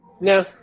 no